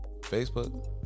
Facebook